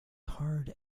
hard